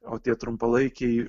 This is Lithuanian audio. o tie trumpalaikiai